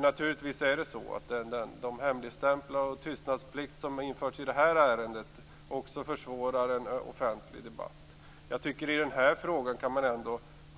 Naturligtvis försvårar de hemligstämplingar som gjorts och den tystnadsplikt som införts i detta ärende också en offentlig debatt, men man kan